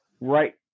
right